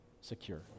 secure